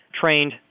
trained